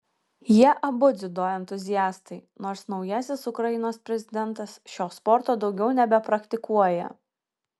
jie abu dziudo entuziastai nors naujasis ukrainos prezidentas šio sporto daugiau nebepraktikuoja